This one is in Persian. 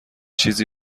چیزی